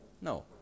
No